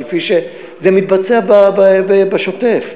כפי שזה מתבצע בשוטף.